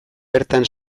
bertan